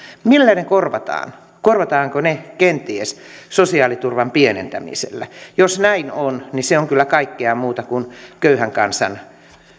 millä ne ne korvataan korvataanko ne kenties sosiaaliturvan pienentämisellä niin jos näin on se on kyllä kaikkea muuta kuin köyhän kansan